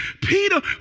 Peter